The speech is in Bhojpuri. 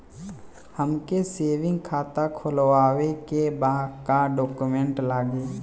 हमके सेविंग खाता खोलवावे के बा का डॉक्यूमेंट लागी?